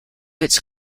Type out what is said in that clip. its